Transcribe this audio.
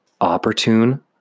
opportune